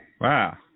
Wow